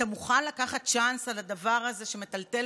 אתה מוכן לקחת צ'אנס על הדבר הזה שמטלטל